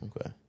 Okay